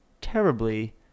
terribly